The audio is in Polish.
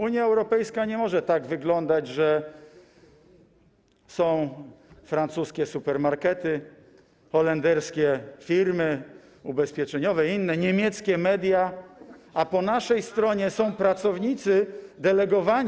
Unia Europejska nie może tak wyglądać, że są francuskie supermarkety, holenderskie firmy ubezpieczeniowe i inne, niemieckie media, a po naszej stronie są pracownicy delegowani.